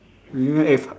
really meh eh